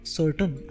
certain